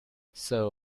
sir